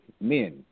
men